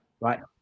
right